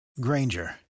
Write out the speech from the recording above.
Granger